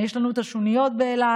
יש לנו את השוניות באילת,